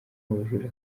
ubujura